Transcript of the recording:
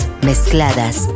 mezcladas